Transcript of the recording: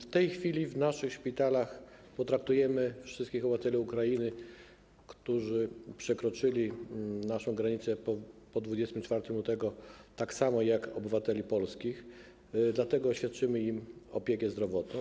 W tej chwili w naszych szpitalach traktujemy wszystkich obywateli Ukrainy, którzy przekroczyli naszą granicę po 24 lutego, tak samo jak obywateli polskich, dlatego świadczymy im opiekę zdrowotną.